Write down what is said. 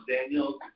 Daniel